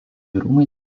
rūmai